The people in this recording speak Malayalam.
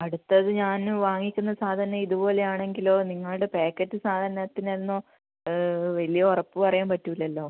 അടുത്തത് ഞാൻ വാങ്ങിക്കുന്ന സാധനം ഇത് പോലെയാണെങ്കിലോ നിങ്ങളുടെ പാക്കറ്റ് സാധനത്തിന് എന്നും വലിയ ഉറപ്പ് പറയാൻ പറ്റില്ലല്ലോ